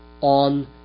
on